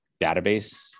database